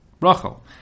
Rachel